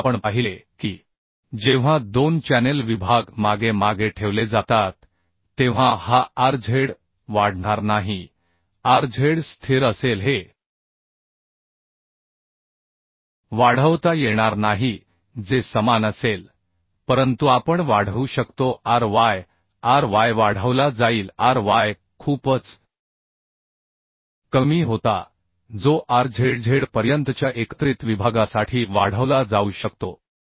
जर आपण पाहिले की जेव्हा दोन चॅनेल विभाग मागे मागे ठेवले जातात तेव्हा हा Rz वाढणार नाही Rz स्थिर असेल हे वाढवता येणार नाही जे समान असेल परंतु आपण वाढवू शकतो RyRy वाढवला जाईल Ry खूपच कमी होता जो Rzz पर्यंतच्या एकत्रित विभागासाठी वाढवला जाऊ शकतो